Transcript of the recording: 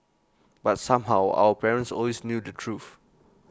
but somehow our parents always knew the truth